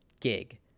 gig